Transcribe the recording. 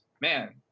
man